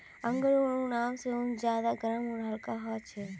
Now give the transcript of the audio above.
angora ऊन आम ऊन से ज्यादा गर्म आर हल्का ह छे